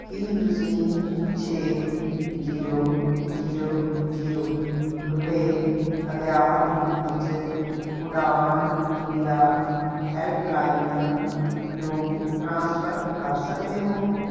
ਕੀ ਤੁਸੀਂਂ ਛੇ zero zero zero ਰੁਪਏ ਅਗਿਆਤ ਰੂਪ ਵਿੱਚ ਉਡਾਣ ਇੰਡੀਆ ਹੈਲਪਲਾਈਨ ਨੂੰ ਟ੍ਰਾਂਸਫਰ ਕਰ ਸਕਦੇ ਹੋ